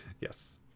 Yes